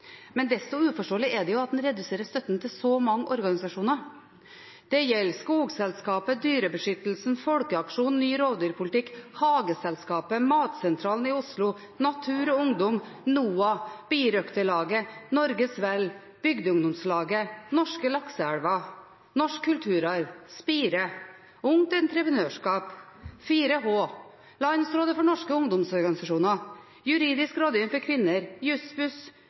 Men desto mer uforståelig er det at en reduserer støtten til så mange organisasjoner. Det gjelder Skogselskapet, Dyrebeskyttelsen, Folkeaksjonen ny rovdyrpolitikk, Hageselskapet, Matsentralen i Oslo, Natur og Ungdom, NOAH, Birøkterlaget, Norges Vel, Bygdeungdomslaget, Norske lakseelver, Norsk Kulturarv, Spire, Ungt Entreprenørskap, 4H, Landsrådet for Norges barne- og ungdomsorganisasjoner, Juridisk rådgivning for kvinner, Jussbuss,